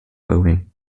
bowing